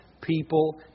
people